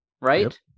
right